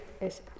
es